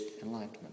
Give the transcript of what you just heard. enlightenment